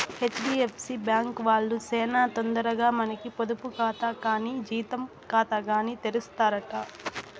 HDFC bank వాల్లు సేనా తొందరగా మనకి పొదుపు కాతా కానీ జీతం కాతాగాని తెరుస్తారట